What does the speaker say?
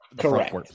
Correct